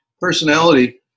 personality